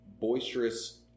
boisterous